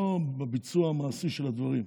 לא בביצוע המעשי של הדברים.